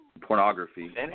pornography